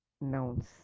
nouns